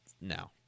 No